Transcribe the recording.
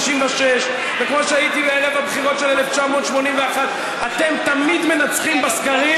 וכמו שהייתי בערב הבחירות של 1981. אתם תמיד מנצחים בסקרים,